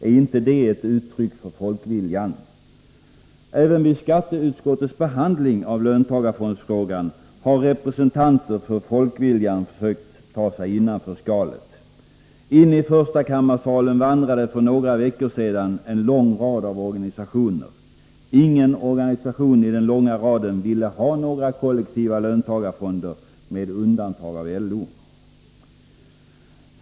Är inte det ett uttryck för folkviljan? Även vid skatteutskottets behandling av löntagarfondsfrågan har representanter för folkviljan sökt ta sig innanför skalet. In i förstakammarsalen vandrade för några veckor sedan en lång rad av organisationer. Ingen organisation i den långa raden ville ha några kollektiva löntagarfonder, med undantag av LO.